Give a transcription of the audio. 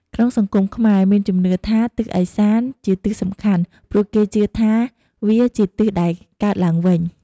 ក្នុងសង្គមខ្មែរមានជំនឿថាទិសឦសានជាទិសសំខាន់ ព្រោះគេជឿ ថាវាជាទិសដែលកើតឡើងវិញ។